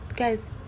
guys